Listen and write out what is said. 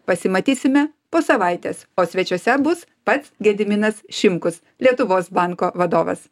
pasimatysime po savaitės o svečiuose bus pats gediminas šimkus lietuvos banko vadovas